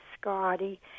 Scotty